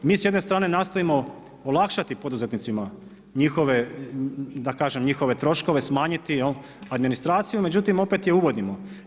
Mi s jedne strane nastojimo olakšati poduzetnicima njihove, da kažem njihove troškove, smanjiti administraciju, međutim opet je uvodimo.